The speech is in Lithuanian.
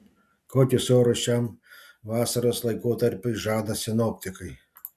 kokius orus šiam vasaros laikotarpiui žada sinoptikai